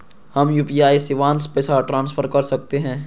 हम यू.पी.आई शिवांश पैसा ट्रांसफर कर सकते हैं?